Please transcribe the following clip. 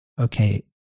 okay